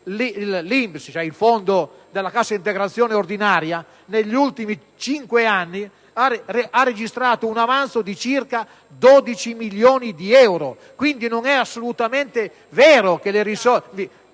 che il fondo della cassa integrazione ordinaria negli ultimi cinque anni ha registrato un avanzo di circa 12 miliardi di euro. Quindi, non è assolutamente vero che non ci sono